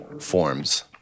forms